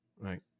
Right